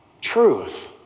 truth